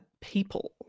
people